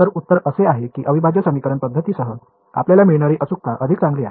तर उत्तर असे आहे की अविभाज्य समीकरण पद्धतींसह आपल्याला मिळणारी अचूकता अधिक चांगली आहे